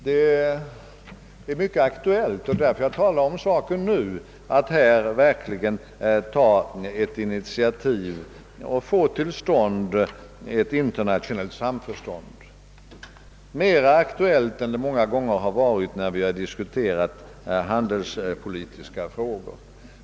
Det är mycket aktuellt — och det är därför jag talar om saken nu — att det härvidlag verkligen tas ett initiativ och att man får till stånd ett internationellt samarbete — mera aktuellt än det många gånger har varit när vi diskuterat handelspolitiska frågor.